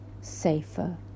safer